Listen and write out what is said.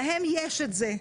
להם יש את זה,